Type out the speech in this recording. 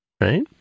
right